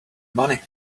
money